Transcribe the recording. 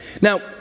Now